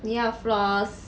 你要 floss